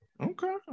okay